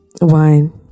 wine